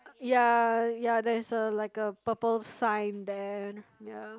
ya ya there's a like a purple sign then ya